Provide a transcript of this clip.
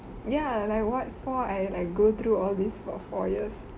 ya like what for I like go through all this for four years